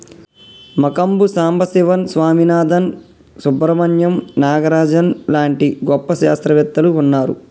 మంకంబు సంబశివన్ స్వామినాధన్, సుబ్రమణ్యం నాగరాజన్ లాంటి గొప్ప శాస్త్రవేత్తలు వున్నారు